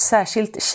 Särskilt